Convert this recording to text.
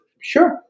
Sure